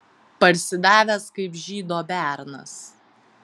parsidavęs kaip žydo bernas